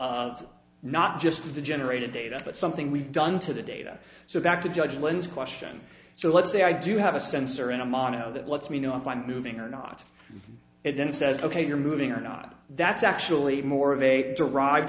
of not just the generated data but something we've done to the data so back to judge lynn's question so let's say i do have a sensor in a monotone that lets me know if i'm moving or not it then says ok you're moving or not that's actually more of a derived